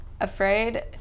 afraid